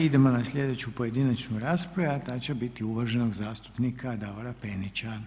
Idemo na sljedeću pojedinačnu raspravu, a ta će biti uvaženog zastupnika Davora Penića.